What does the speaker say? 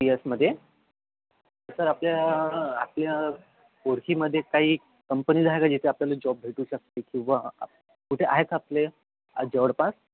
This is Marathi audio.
सी एसमध्ये सर आपल्या आपल्या ओळखीमध्ये काही कंपनीज आहे का जिथे आपल्याला जॉब भेटू शकते किंवा कुठे आहेत आपले जवळपास